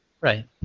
Right